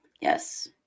Yes